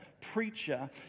preacher